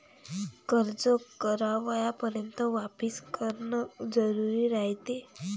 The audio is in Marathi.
कर्ज कवापर्यंत वापिस करन जरुरी रायते?